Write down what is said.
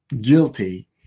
guilty